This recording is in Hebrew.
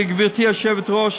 גברתי היושבת-ראש,